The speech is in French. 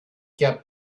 cap